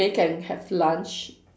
then can have lunch